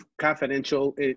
confidential